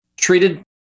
treated